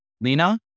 Lena